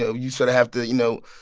ah you sort of have to, you know,